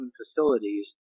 facilities